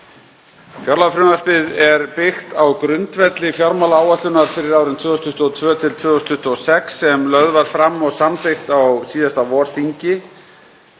Fjárlagafrumvarpið er byggt á grundvelli fjármálaáætlunar fyrir árin 2022–2026 sem lögð var fram og samþykkt á síðasta vorþingi.